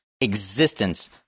existence